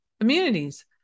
immunities